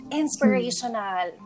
inspirational